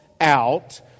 out